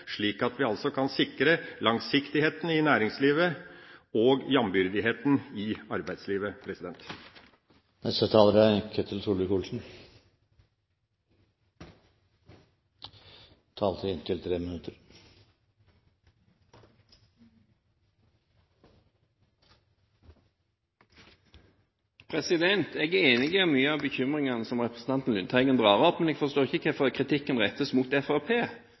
slik at vi altså kan sikre langsiktigheten i næringslivet og jamnbyrdigheten i arbeidslivet. De talere som heretter får ordet, har en taletid på inntil 3 minutter. Jeg er enig i mange av bekymringene som Lundteigen drar opp, men jeg forstår ikke hvorfor kritikken rettes mot